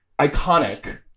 iconic